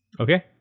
Okay